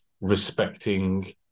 respecting